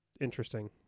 interesting